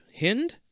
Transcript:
Hind